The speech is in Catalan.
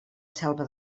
selva